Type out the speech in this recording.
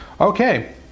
Okay